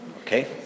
Okay